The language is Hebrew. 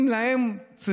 אם הם צריכים,